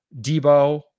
Debo